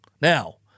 Now